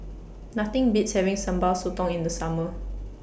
Nothing Beats having Sambal Sotong in The Summer